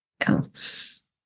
else